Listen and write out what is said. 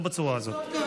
אם יבקש.